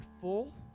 full